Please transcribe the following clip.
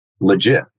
legit